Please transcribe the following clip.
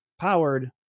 powered